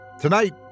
Tonight